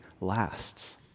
lasts